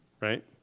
right